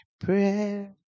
prayer